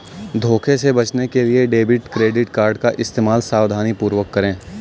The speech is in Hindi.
धोखे से बचने के लिए डेबिट क्रेडिट कार्ड का इस्तेमाल सावधानीपूर्वक करें